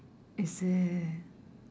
is it